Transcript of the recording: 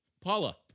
Paula